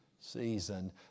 season